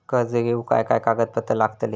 कर्ज घेऊक काय काय कागदपत्र लागतली?